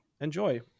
Enjoy